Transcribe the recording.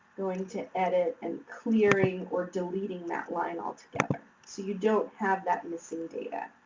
going to edit, and clearing or deleting that line altogether so you don't have that missing data.